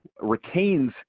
retains